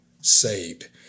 saved